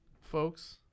folks